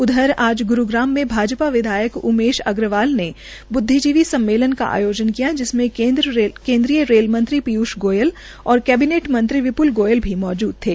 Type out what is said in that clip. उधर आज ग्रूग्राम में भाजशा विधायक उमेश अग्रवाल ने ब्दविजीवी सम्मेलन का आयोजन किया जिसमे केन्द्रीय रेल मंत्री ीयूष गोयल और केबिनेट मंत्री विप्ल गोयल मौजूद थे